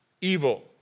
evil